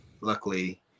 luckily